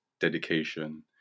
dedication